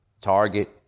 Target